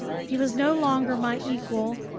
he was no longer my equal,